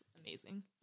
amazing